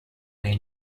they